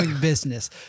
business